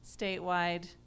statewide